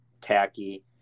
tacky